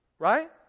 Right